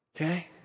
Okay